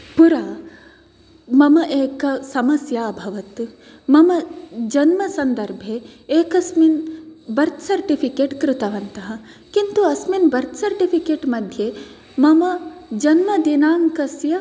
पुरा मम एक समस्या अभवत् मम जन्मसन्दर्भे एकस्मिन् बर्त् सर्टिफिकेट् कृतवन्तः किन्तु अस्मिन् बर्त् सर्टिफिकेट् मध्ये मम जन्मदिनाङ्कस्य